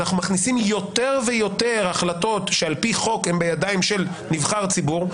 אנחנו מכניסים יותר ויותר החלטות שעל פי חוק הן בידיים של נבחר ציבור,